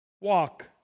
walk